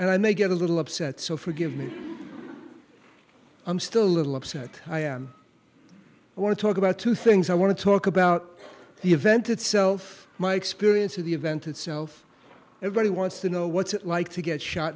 may get a little upset so forgive me i'm still a little upset i am i want to talk about two things i want to talk about the event itself my experience of the event itself everybody wants to know what's it like to get shot